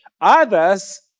Others